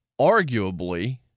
arguably